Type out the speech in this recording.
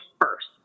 first